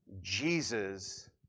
Jesus